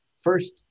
first